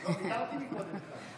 ויתרתי קודם.